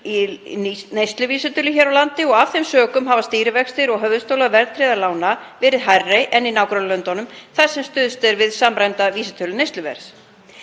í neysluvísitölu hér á landi og af þeim sökum hafa stýrivextir og höfuðstóll verðtryggðra lána verið hærri en í nágrannalöndunum þar sem stuðst er við samræmda vísitölu neysluverðs.